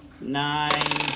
nine